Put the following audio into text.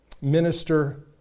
minister